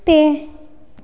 ᱯᱮ